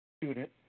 Student